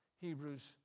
Hebrews